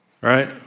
Right